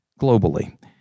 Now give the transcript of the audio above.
globally